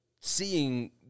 seeing